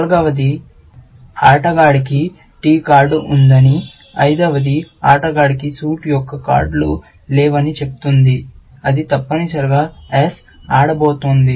నాల్గవది ఆటగాడికి t card ఉందని ఐదవది ఆటగాడికి సూట్ యొక్క కార్డులు లేవని చెప్తుంది ఇది తప్పనిసరిగా S ఆడబడుతోంది